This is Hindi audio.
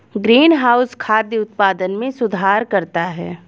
ग्रीनहाउस खाद्य उत्पादन में सुधार करता है